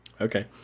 Okay